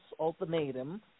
ultimatum